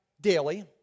daily